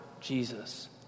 Jesus